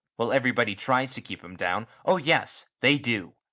well, everybody tries to keep him down. oh! yes, they do.